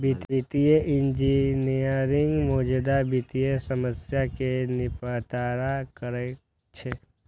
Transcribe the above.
वित्तीय इंजीनियरिंग मौजूदा वित्तीय समस्या कें निपटारा करै छै